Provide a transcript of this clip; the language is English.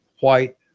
white